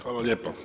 Hvala lijepo.